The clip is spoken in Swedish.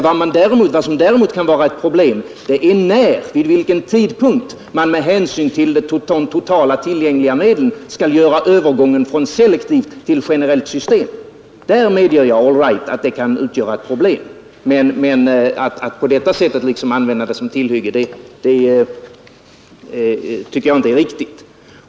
Vad som däremot kan vara ett problem är vid vilken tidpunkt man med hänsyn till de totala tillgängliga medlen skall övergå från ett selektivt till ett generellt system. Allright, jag medger att det kan utgöra ett problem, men att på detta sätt använda det som tillhygge tycker jag inte är riktigt.